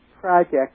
project